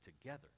together